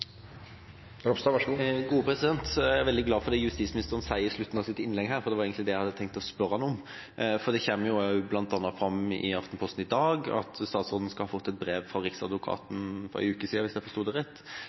det justisministeren sier på slutten av sitt innlegg, for det var egentlig det jeg hadde tenkt å spørre ham om. Det kommer fram bl.a. i Aftenposten i dag at statsråden skal ha fått et brev fra Riksadvokaten for en uke siden, hvis jeg forsto det rett,